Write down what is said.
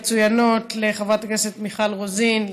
המצוינות: לחברת הכנסת מיכל רוזין,